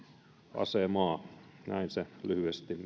asemaa näin se lyhyesti